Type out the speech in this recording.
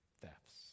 thefts